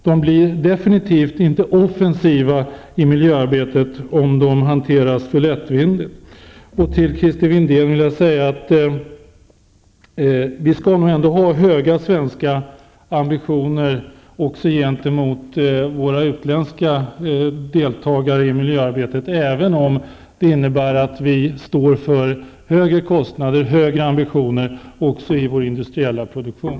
De blir definitivt inte offensiva i miljöarbetet, om de hanteras för lättvindigt. Till Christer Windén vill jag säga att vi nog ändå skall ha höga ambitioner i Sverige också gentemot de utländska deltagarna i miljöarbetet, även om det innebär högre ambitioner och högre kostnader också inom vår industriella produktion.